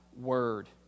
word